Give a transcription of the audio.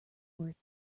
worth